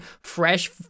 fresh